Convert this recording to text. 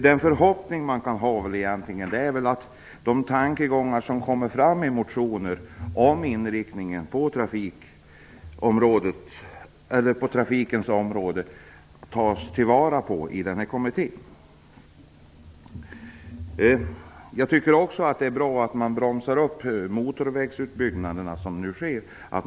Den förhoppning man kan ha är väl att de tankegångar som kommer fram i motioner om inriktningen på trafikens område tas till vara i nämnda kommitté. Jag tycker att det är bra att motorvägsutbyggnader nu bromsas upp.